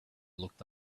looked